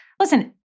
Listen